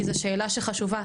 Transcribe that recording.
כי זו שאלה חשובה.